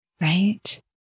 right